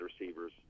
receivers